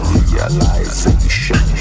realization